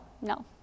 no